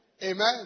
Amen